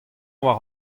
war